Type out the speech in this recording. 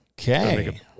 okay